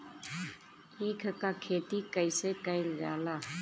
ईख क खेती कइसे कइल जाला?